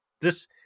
This-